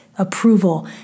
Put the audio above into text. approval